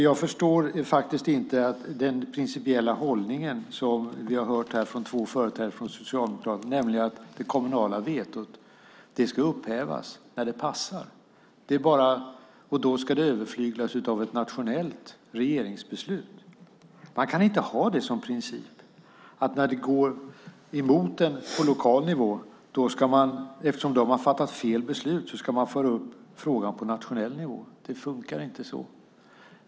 Jag förstår faktiskt inte den principiella hållningen som vi har hört här från två företrädare för Socialdemokraterna, nämligen att det kommunala vetot ska upphävas när det passar och överflyglas av ett nationellt regeringsbeslut. Man kan inte ha som princip att när det går emot en på lokal nivå ska man eftersom de har fattat fel beslut föra upp frågan på nationell nivå. Det funkar inte så.